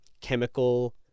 chemical